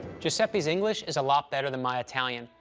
giuseppe's english is a lot better than my italian.